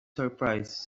surprise